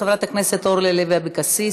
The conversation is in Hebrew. חברת הכנסת אורלי לוי אבקסיס,